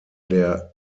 der